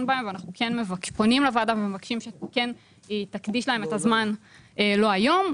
בהם ואנחנו פונים לוועדה ומבקשים שהיא כן תקדיש להם את הזמן לא היום.